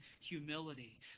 humility